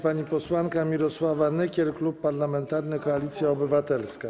Pani posłanka Mirosława Nykiel, Klub Parlamentarny Koalicja Obywatelska.